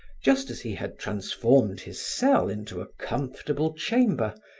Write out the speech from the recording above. just as he had transformed his cell into a comfortable chamber,